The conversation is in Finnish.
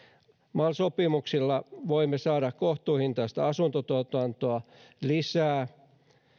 mal sopimuksilla voimme saada kohtuuhintaista asuntotuotantoa lisää